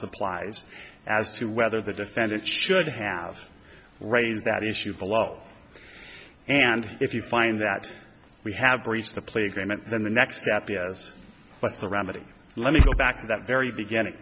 applies as to whether the defendant should have raised that issue below and if you find that we have breached the plea agreement then the next step is what's the remedy let me go back to that very beginning